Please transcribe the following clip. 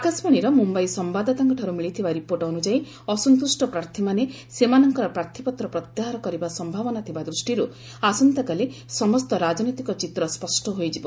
ଆକାଶବାଣୀର ମୁମ୍ବାଇ ସମ୍ଭାଦଦାତାଙ୍କଠାରୁ ମିଳିଥିବା ରିପୋର୍ଟ ଅନୁଯାୟୀ ଅସନ୍ତୁଷ୍କ ପ୍ରାର୍ଥୀମାନେ ସେମାନଙ୍କର ପ୍ରାର୍ଥୀପତ୍ର ପ୍ରତ୍ୟାହାର କରିବା ସମ୍ଭାବନା ଥିବା ଦୃଷ୍ଟିରୁ ଆସନ୍ତାକାଲି ସମସ୍ତ ରାଜନୈତିକ ଚିତ୍ର ସ୍ୱଷ୍ଟ ହୋଇଯିବ